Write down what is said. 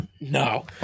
no